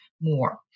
more